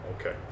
Okay